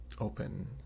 open